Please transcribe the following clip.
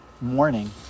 morning